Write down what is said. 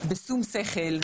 בשום שכל,